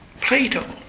Plato